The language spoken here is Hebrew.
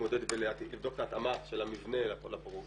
להתמודד ולבדוק את ההתאמה של המבנה לפרוגראמות,